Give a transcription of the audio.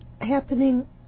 happening